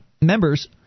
Members